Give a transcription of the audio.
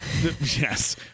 yes